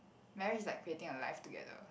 marriage is like creating a life together